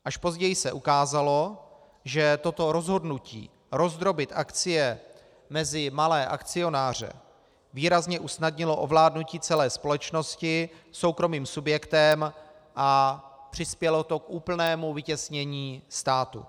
Až později se ukázalo, že toto rozhodnutí rozdrobit akcie mezi malé akcionáře výrazně usnadnilo ovládnutí celé společnosti soukromým subjektem a přispělo to k úplnému vytěsnění státu.